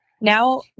now